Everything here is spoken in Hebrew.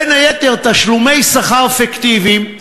בין היתר: תשלומי שכר פיקטיביים,